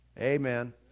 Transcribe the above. amen